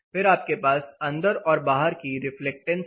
फिर आपके पास अंदर और बाहर की रिफ्लेक्टेंस है